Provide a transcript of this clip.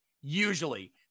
Usually